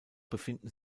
befinden